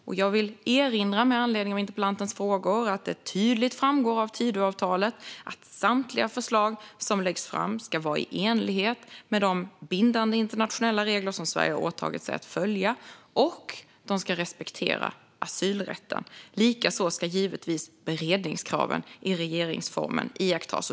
Och jag vill med anledning av interpellantens frågor erinra om att det tydligt framgår av Tidöavtalet att samtliga förslag som läggs fram ska vara i enhetlighet med de bindande internationella regler som Sverige har åtagit sig att följa, och de ska respektera asylrätten. Likaså ska givetvis beredningskraven i regeringsformen iakttas.